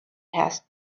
passed